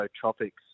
Tropics